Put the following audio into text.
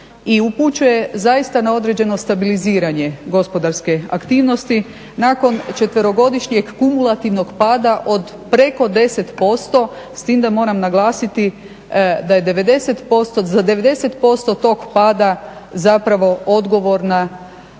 upućuje zaista na određeno stabiliziranje gospodarske aktivnosti nakon 4-godišnjeg kumulativnog pada od preko 10% s tim da moram naglasiti da je za 90% tog pada zapravo odgovorna